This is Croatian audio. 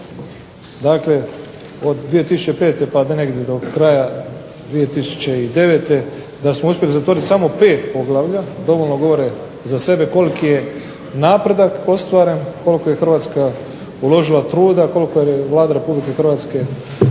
dakle od 2005. pa negdje do kraja 2009. da smo uspjeli zatvoriti samo 5 poglavlja dovoljno govore za sebe koliki je napredak ostvaren, koliko je Hrvatska uložila truda, koliko je Vlada Republike Hrvatske